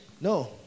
no